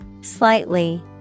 Slightly